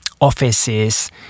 offices